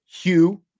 Hugh